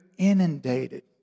inundated